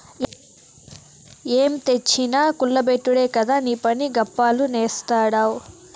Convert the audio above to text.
ఏం తెచ్చినా కుల్ల బెట్టుడే కదా నీపని, గప్పాలు నేస్తాడావ్